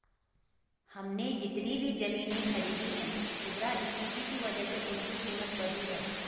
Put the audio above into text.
हमने जितनी भी जमीनें खरीदी हैं मुद्रास्फीति की वजह से उनकी कीमत बढ़ी है